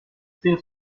still